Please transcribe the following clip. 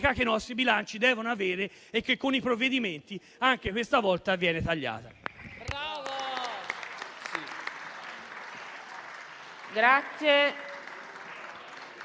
che i nostri bilanci devono avere e che, con questi provvedimenti, anche questa volta viene tagliata.